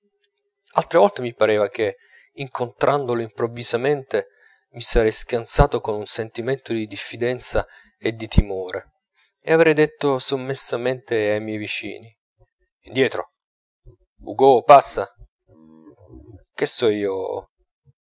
altre volte mi pareva che incontrandolo improvvisamente mi sarei scansato con un sentimento di diffidenza e di timore e avrei detto sommessamente ai miei vicini indietro hugo passa che so io